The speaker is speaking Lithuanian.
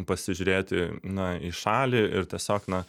pasižiūrėti na į šalį ir tiesiog na